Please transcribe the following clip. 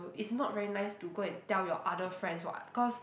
uh it's not very nice to go and tell your other friends [what] cause